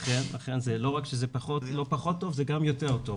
לכן לא רק שזה לא רק פחות טוב זה גם יותר טוב,